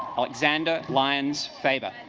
alexander lions faber